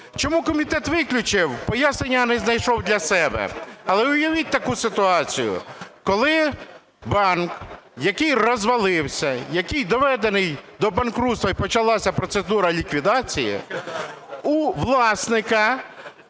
чому комітет виключив, пояснення не знайшов для себе. Але уявіть таку ситуацію, коли банк, який розвалився, який доведений до банкрутства і почалася процедура ліквідації, у власника,